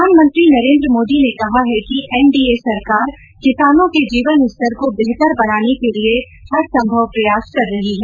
प्रधानमंत्री नरेन्द्र मोदी ने कहा है कि एन डी ए सरकार किसानों के जीवन स्तर को बेहतर बनाने के लिए हरसंभव प्रयास कर रही हैं